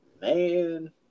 man